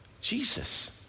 Jesus